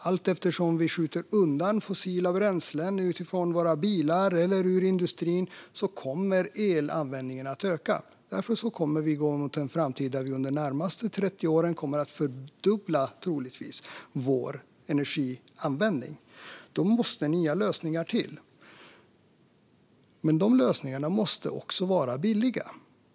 Allteftersom vi skjuter undan fossila bränslen för våra bilar och för industrin kommer elanvändningen att öka. Därför kommer vi att gå mot en framtid där vi under de närmaste 30 åren troligtvis kommer att fördubbla vår energianvändning. Då måste nya lösningar till. Men de lösningarna måste också vara billiga.